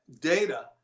data